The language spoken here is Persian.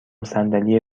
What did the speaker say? صندلی